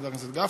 חבר הכנסת גפני,